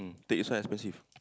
take this one expensive